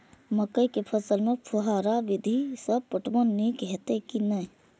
मकई के फसल में फुहारा विधि स पटवन नीक हेतै की नै?